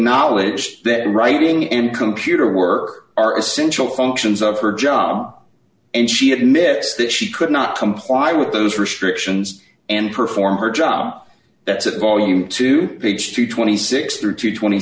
acknowledged that writing and computer were are essential functions of her job and she admits that she could not comply with those restrictions and perform her job that's at volume two pigs through twenty six through to twenty